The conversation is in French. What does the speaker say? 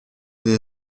des